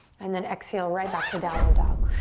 and then exhale right back to downward dog.